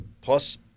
Plus